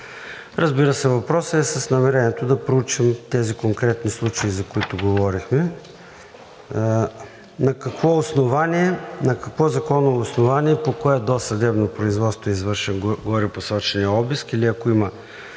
Разбира се, въпросът е с намерението да проучим тези конкретни случаи, за които говорихме. На какво законово основание и по кое досъдебно производство е извършен горепосоченият обиск или ако има